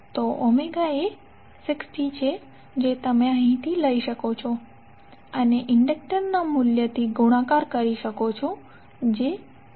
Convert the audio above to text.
તો એ 60 છે જે તમે અહીંથી લઈ શકો છો અને ઇન્ડકટરના મૂલ્યથી ગુણાકાર કરી શકો છો જે 0